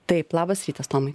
taip labas rytas tomai